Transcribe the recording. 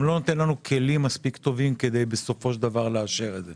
לא נותן לנו כלים מספיק טובים כדי בסופו של דבר לאשר את זה.